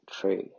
true